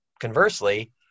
conversely